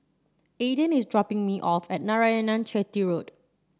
Ayden is dropping me off at Narayanan Chetty Road